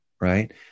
right